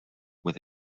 with